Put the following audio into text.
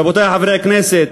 רבותי חברי הכנסת,